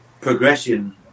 progression